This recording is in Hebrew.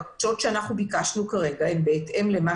הבקשות שאנחנו ביקשנו כרגע הן בהתאם למה